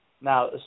Now